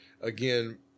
Again